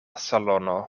salono